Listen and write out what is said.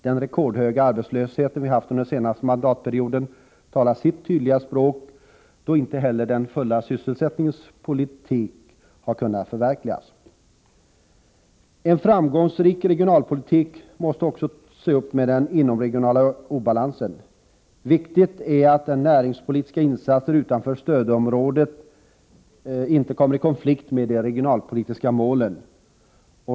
Den rekordhöga arbetslöshet som vi haft under den senaste mandatperioden talar sitt tydliga språk om att den fulla sysselsättningens politik inte har kunnat förverkligas. En framgångsrik regionalpolitik måste också se upp med den inomregionala obalansen. Viktigt är att näringspolitiska insatser utanför stödområdet inte kommer i konflikt med de regionalpolitiska målen.